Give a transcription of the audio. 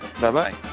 Bye-bye